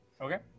Okay